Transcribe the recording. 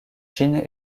chine